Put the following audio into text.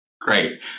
Great